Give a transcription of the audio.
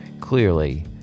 clearly